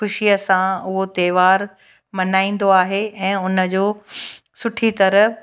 ख़ुशीअ सां उहो त्योहार मल्हाईंदो आहे ऐं हुनजो सुठी तरह